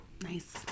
Nice